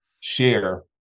share